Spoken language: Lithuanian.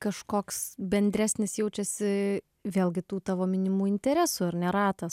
kažkoks bendresnis jaučiasi vėlgi tų tavo minimų interesų ar ne ratas